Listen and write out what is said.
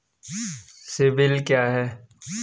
CIBIL क्या है?